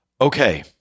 Okay